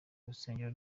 urusengero